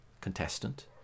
contestant